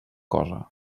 cosa